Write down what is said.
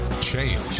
change